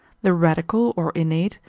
the radical or innate,